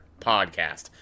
podcast